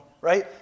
right